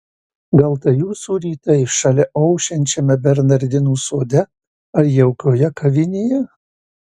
gal tai jūsų rytai šalia ošiančiame bernardinų sode ar jaukioje kavinėje